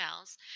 emails